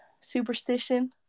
Superstition